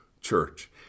church